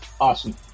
Awesome